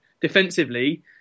defensively